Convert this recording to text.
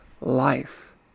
life